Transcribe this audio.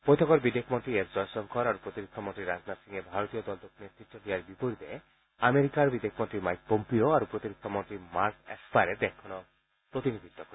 বৈঠকত বিদেশ মন্ত্ৰী এছ জয়শংকৰ আৰু প্ৰতিৰক্ষা মন্ত্ৰী ৰাজনাথ সিঙে ভাৰতীয় দলটোক নেতৃত্ব দিয়াৰ বিপৰীতে আমেৰিকাৰ বিদেশ মন্ত্ৰী মাইক পম্পীঅ' আৰু প্ৰতিৰক্ষা মন্ত্ৰী মাৰ্ক এছপাৰে দেশখনক প্ৰতিনিধিত্ব কৰিব